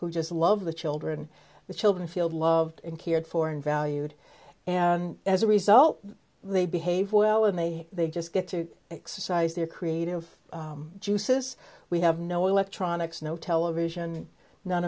who just love the children the children feel loved and cared for and valued and as a result they behave well and they they just get to exercise their creative juices we have no electronics no television none